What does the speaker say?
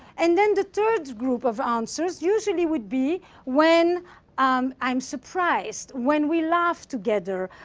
and then the third group of answers usually would be when um i'm surprised, when we laugh together,